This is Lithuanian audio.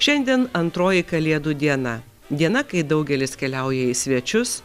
šiandien antroji kalėdų diena diena kai daugelis keliauja į svečius